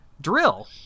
drill